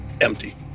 empty